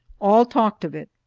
all talked of it,